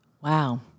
Wow